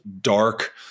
dark